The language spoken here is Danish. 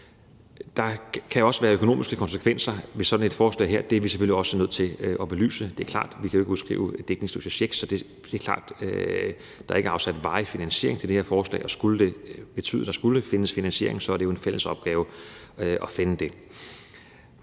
Der kan også være økonomiske konsekvenser ved sådan et forslag her. Det er vi selvfølgelig også nødt til at belyse. Det er klart, at vi ikke kan udskrive dækningsløse checks. Det er klart, at der ikke er afsat varig finansiering af det her forslag, og skulle det betyde, at der skal findes finansiering, er det jo en fælles opgave at finde den.